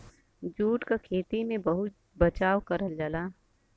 jute क खेती में बहुत बचाव करल जाला